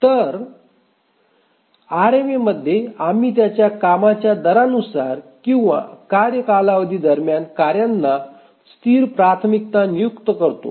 दतर आरएमएमध्ये आम्ही त्यांच्या कामाच्या दरानुसार किंवा कार्य कालावधी दरम्यान कार्यांना स्थिर प्राथमिकता नियुक्त करतो